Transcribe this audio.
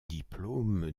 diplôme